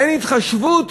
אין התחשבות?